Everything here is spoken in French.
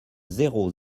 zéro